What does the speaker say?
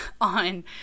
on